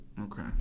Okay